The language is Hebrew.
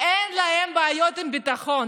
אין להם בעיות עם ביטחון.